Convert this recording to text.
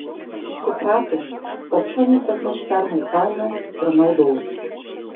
suprato kad šunys atneš fermai pelno ir naudos